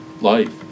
life